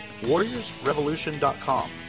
warriorsrevolution.com